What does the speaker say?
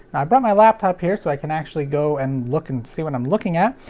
i brought my laptop here so i can actually go and look and see what i'm looking at,